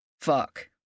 Fuck